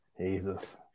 Jesus